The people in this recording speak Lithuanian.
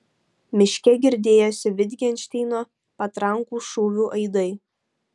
miške girdėjosi vitgenšteino patrankų šūvių aidai